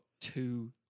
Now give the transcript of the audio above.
two